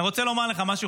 אני רוצה לומר לך משהו,